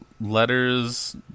letters